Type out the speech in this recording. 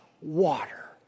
water